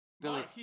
Billy